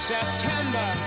September